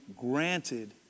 granted